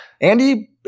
Andy